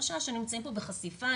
הם נמצאים בחשיפה,